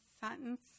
sentence